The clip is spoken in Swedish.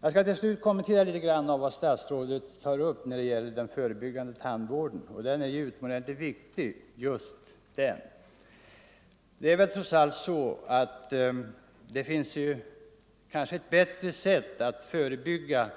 Jag skall till slut något kommentera vad statsrådet sade om den förebyggande tandvården. Denna är ju utomordentligt viktig. Det är väl trots allt bättre att försöka förebygga